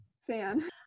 fan